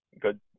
good